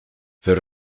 their